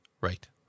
right